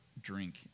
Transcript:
drink